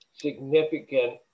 significant